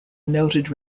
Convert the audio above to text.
noted